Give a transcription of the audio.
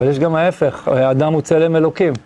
ויש גם ההפך, האדם הוא צלם אלוקים.